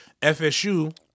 FSU